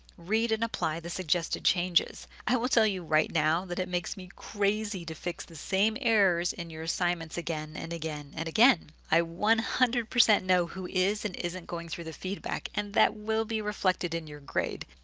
read and apply the suggested changes! i will tell you right now that it makes me crazy to fix the same errors in your assignments again and again and again. i one hundred percent know who is and isn't going through the feedback and that will be reflected in your grade.